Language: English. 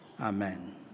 Amen